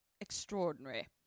extraordinary